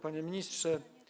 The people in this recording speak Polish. Panie Ministrze!